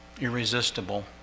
irresistible